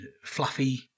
fluffy